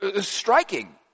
striking